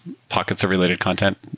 pockets of related content.